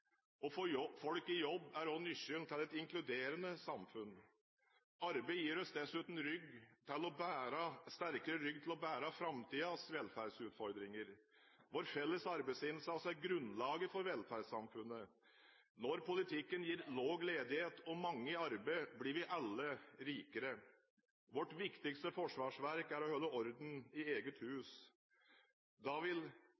Å få folk i jobb er også nøkkelen til et inkluderende samfunn. Arbeid gir oss dessuten sterkere rygg til å bære framtidens velferdsutfordringer. Vår felles arbeidsinnsats er grunnlaget for velferdssamfunnet. Når politikken gir lav ledighet og mange i arbeid, blir vi alle rikere. Vårt viktigste forsvarsverk er å holde orden i eget hus. Da vil